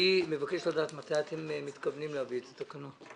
אני מבקש לדעת מתי אתם מתכוונים להביא את התקנות.